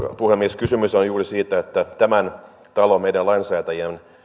puhemies kysymys on juuri siitä että tämän talon meidän lainsäätäjien